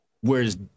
whereas